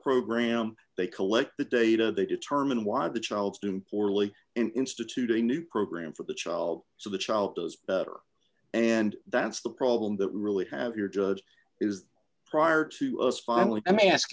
program they collect the data they determine why the child's room poorly instituted a new program for the child so the child does better and that's the problem that we really have your judge is prior to us finally let me ask